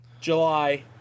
July